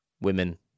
women